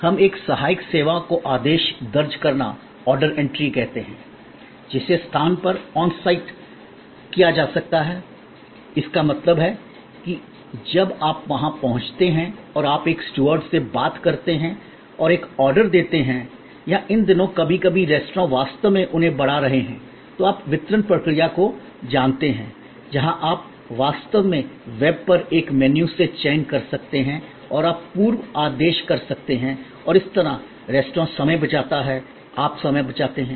हम एक सहायक सेवाओं को आदेश दर्ज करना ऑर्डर एंट्री कहते हैं जिसे स्थान पर ऑन साइट किया जा सकता है इसका मतलब है कि जब आप वहां पहुंचते हैं और आप एक स्टूवर्ड से बात करते हैं और एक ऑर्डर देते हैं या इन दिनों कभी कभी रेस्तरां वास्तव में उन्हें बढ़ा रहे हैं तो आप वितरण प्रक्रिया को जानते हैं जहां आप वास्तव में वेब पर एक मेनू से चयन कर सकते हैं और आप पूर्व आदेश कर सकते हैं और इस तरह रेस्तरां समय बचाता है आप समय बचाते हैं